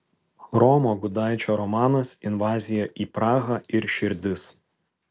romo gudaičio romanas invazija į prahą ir širdis